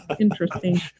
Interesting